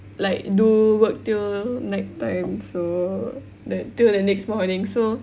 like do work till night time so that till the next morning so